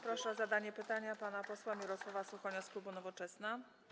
Proszę o zadanie pytania pana posła Mirosława Suchonia z klubu Nowoczesna.